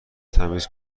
تمیز